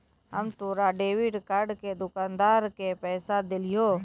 हम तोरा debit card से दुकानदार के पैसा देलिहों